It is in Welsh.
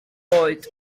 oed